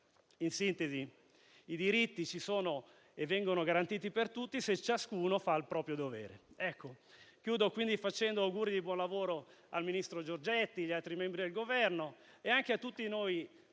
In sintesi, i diritti ci sono e vengono garantiti per tutti se ciascuno fa il proprio dovere. In conclusione, rivolgo gli auguri di buon lavoro al ministro Giorgetti, a tutti i membri del Governo e a tutti noi,